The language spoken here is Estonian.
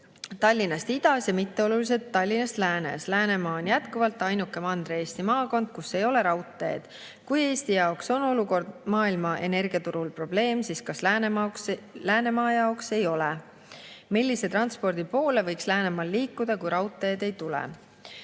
Tallinnast idas ja mitteolulised Tallinnast läänes? Läänemaa on jätkuvalt ainuke Mandri-Eesti maakond, kus ei ole raudteed. Kui Eesti jaoks on olukord maailma energiaturul probleem, siis kas Läänemaa jaoks ei ole? Millise transpordi poole võiks Läänemaal "liikuda", kui raudteed ei tule?"